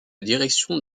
direction